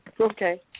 Okay